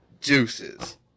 Deuces